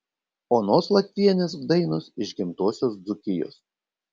onos latvienės dainos iš gimtosios dzūkijos